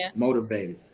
Motivators